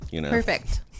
Perfect